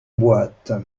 boîte